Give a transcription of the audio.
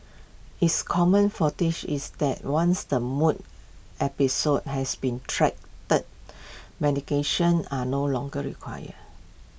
is common is that once the mood episodes has been treated medication are no longer required